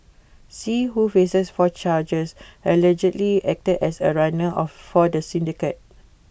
see who faces four charges allegedly acted as A runner of for the syndicate